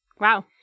Wow